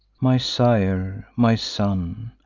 my sire, my son,